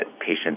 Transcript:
patients